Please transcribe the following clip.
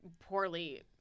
poorly